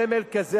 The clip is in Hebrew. סמל כזה,